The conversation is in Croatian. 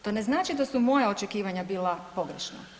To ne znači da su moja očekivanja bila pogrešna.